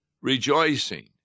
rejoicing